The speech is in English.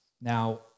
Now